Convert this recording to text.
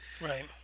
Right